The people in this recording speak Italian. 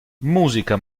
musica